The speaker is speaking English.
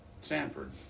sanford